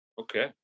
Okay